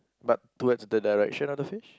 but towards the direction of the fish